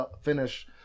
finish